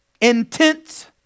intense